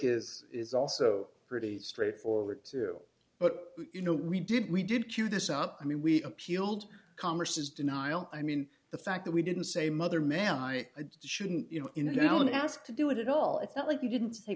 is is also pretty straightforward d too but you know we did we did q this up i mean we appealed converses denial i mean the fact that we didn't say mother may i shouldn't you know you know i don't ask to do it at all it's not like you didn't say